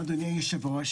אדוני היו"ר,